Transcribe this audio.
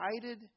guided